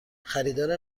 خریدار